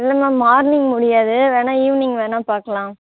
இல்லை ma'am morning முடியாது வேணா ஈவினிங் வேணா பார்க்கலாம்